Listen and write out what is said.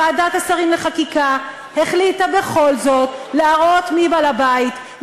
ועדת השרים לחקיקה החליטה בכל זאת להראות מי בעל-הבית,